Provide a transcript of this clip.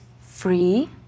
free